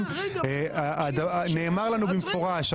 נאמר לנו במפורש.